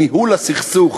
"ניהול הסכסוך"